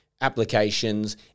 applications